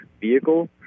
vehicle